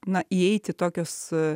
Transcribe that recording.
na įeiti tokios